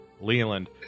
Leland